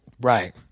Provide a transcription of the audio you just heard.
Right